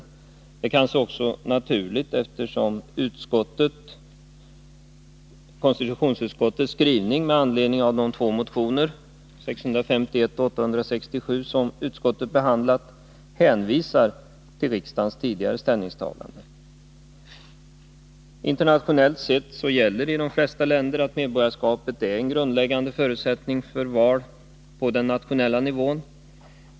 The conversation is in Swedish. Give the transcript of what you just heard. Det är kanske också naturligt, eftersom konstitutionsutskottets skrivning med anledning av de två motioner — 1980/81:651 och 867 — som utskottet behandlat hänvisar till riksdagens tidigare ställningstagande. Internationellt sett gäller följande: I de flesta länder är medborgarskapet en grundläggande förutsättning för val på den nationella nivån.